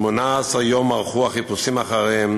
18 יום ארכו החיפושים אחריהם,